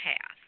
path